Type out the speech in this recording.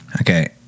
okay